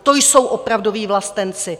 To jsou opravdoví vlastenci!